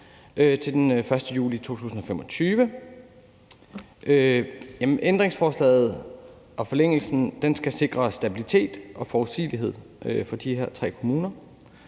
til den 1. juli 2025. Lovforslaget og forlængelsen skal sikre stabilitet og forudsigelighed for de her tre kommuner,